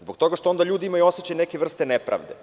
Zbog toga što onda ljudi imaju osećaj neke vrste nepravde,